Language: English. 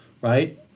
right